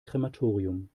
krematorium